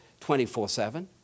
24-7